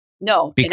No